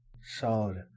solid